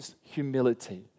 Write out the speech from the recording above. humility